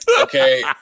okay